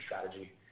strategy